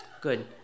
good